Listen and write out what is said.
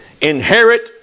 Inherit